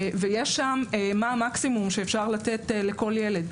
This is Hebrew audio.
ויש שם את המקסימום שאפשר לתת לכל ילד.